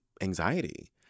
anxiety